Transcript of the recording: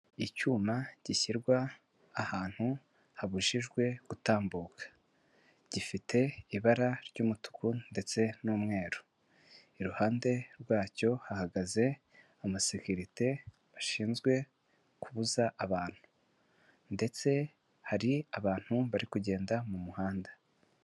Icyuma, gishyirwa, ahantu, habujijwe, gutambuka. Gifite ibara ry'umutuku ndetse n'umweru. Iruhande rwacyo hahagaze, umasekirite bashinzwe kubuza abantu. Ndetse hari abantu bari kugenda mu muhanda.